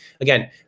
Again